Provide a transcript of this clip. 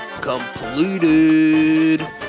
completed